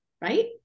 right